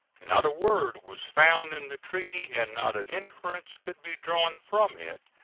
not a word was found in the treaty, and not an inference could be drawn from it,